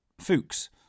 Fuchs